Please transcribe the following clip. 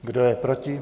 Kdo je proti?